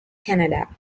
canada